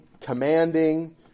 commanding